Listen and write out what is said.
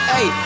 Hey